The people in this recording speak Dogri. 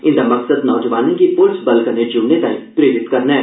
इंदा मकसद नौजवाने गी पुलस बल कन्नै जोड़ने लेई प्रेरित करना ऐ